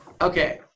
okay